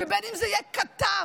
בין שזה יהיה כתב,